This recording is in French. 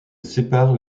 sépare